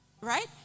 Right